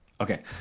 Okay